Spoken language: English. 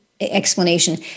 explanation